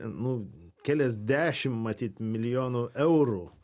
nu kelias dešimt matyt milijonų eurų